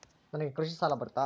ನನಗೆ ಕೃಷಿ ಸಾಲ ಬರುತ್ತಾ?